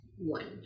one